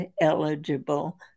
eligible